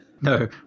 No